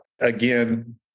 Again